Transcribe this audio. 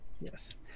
Yes